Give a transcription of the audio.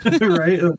Right